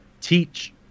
teach